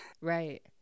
Right